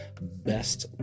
best